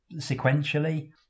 sequentially